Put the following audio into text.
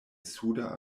suda